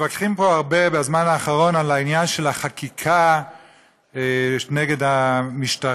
מתווכחים פה הרבה בזמן האחרון על העניין של החקיקה נגד המשטרה,